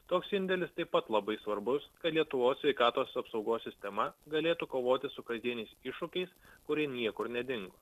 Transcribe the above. toks indėlis taip pat labai svarbus kad lietuvos sveikatos apsaugos sistema galėtų kovoti su kasdieniais iššūkiais kurie niekur nedingo